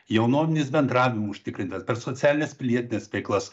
jaunuomenės bendravimo užtikrintas per socialines pilietines veiklas